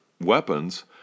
weapons